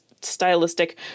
stylistic